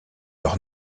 leur